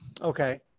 Okay